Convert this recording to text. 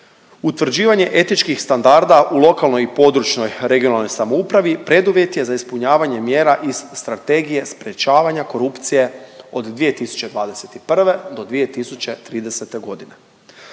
Utvrđivanje etičkih standarda u lokalnoj i područnoj (regionalnoj) samoupravi preduvjet je za ispunjavanje mjera iz Strategije sprječavanja korupcije od 2021. do 2030.g..